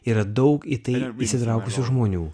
yra daug į tai įsitraukusių žmonių